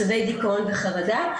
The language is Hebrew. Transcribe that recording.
מצבי דיכאון וחרדה,